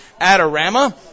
Adorama